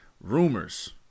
rumors